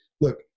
Look